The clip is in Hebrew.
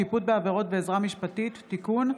שיפוט בעבירות ועזרה משפטית) (תיקון),